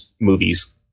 movies